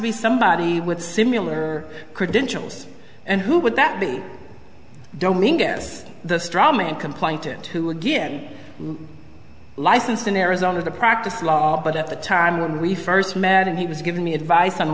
be somebody with similar credentials and who would that be domingue guess the straw man complaint it again licensed in arizona to practice law but at the time when we first met him he was giving me advice on